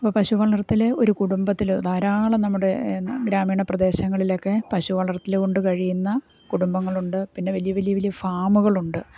അപ്പോൾ പശു വളർത്തൽ ഒരു കുടുംബത്തിൽ ധാരാളം നമ്മുടെ ഗ്രാമീണ പ്രദേശങ്ങളിലൊക്കെ പശു വളർത്തൽ കൊണ്ട് കഴിയുന്ന കുടുംബങ്ങളുണ്ട് പിന്നെ വലിയ വലിയ വലിയ ഫാമുകളുണ്ട്